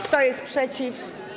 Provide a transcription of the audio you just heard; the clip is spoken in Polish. Kto jest przeciw?